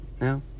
No